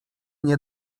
nie